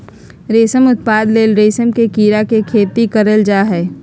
रेशम उत्पादन ले रेशम के कीड़ा के खेती करल जा हइ